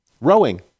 Rowing